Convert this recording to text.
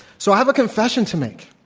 so, i have a confession to make.